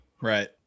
Right